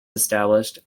established